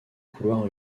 couloir